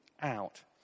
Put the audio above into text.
out